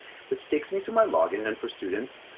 which takes me to my login. and for students,